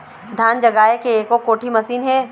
धान जगाए के एको कोठी मशीन हे?